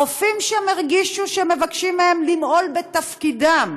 הרופאים שם הרגישו שמבקשים מהם למעול בתפקידם.